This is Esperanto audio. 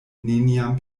neniam